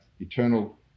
eternal